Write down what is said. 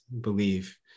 believe